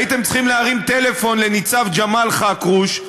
הייתם צריכים להרים טלפון לניצב ג'מאל חכרוש,